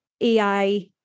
AI